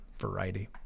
variety